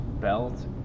belt